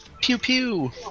Pew-pew